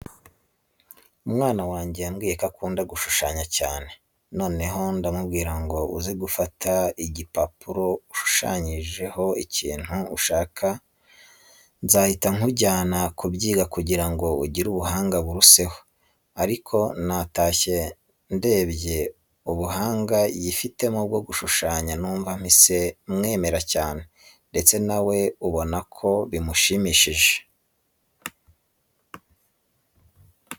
Umwana wange yambwiye ko akunda gushushanya cyane, noneho ndamubwira ngo uze gufata igipapuro unshushanyirizeho ikintu ushaka nzahita nkujyana kubyiga kugira ngo ugire ubuhanga buruseho. Ariko natashye ndebye ubuhanga yifitemo bwo gushushanya numva mpise mwemera cyane ndetse nawe ubona ko bimushimishije.